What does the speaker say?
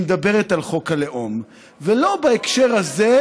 מדברת על חוק הלאום ולא להעלות את חוק הלאום בהקשר הזה.